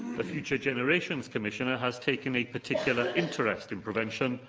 the future generations commissioner has taken a particular interest in prevention,